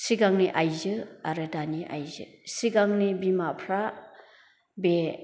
सिगांनि आयजों आरो दानि आयजो सिगांनि बिमाफ्रा बे